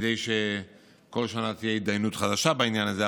כדי שבכל שנה תהיה התדיינות חדשה בעניין הזה,